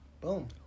Boom